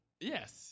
Yes